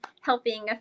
helping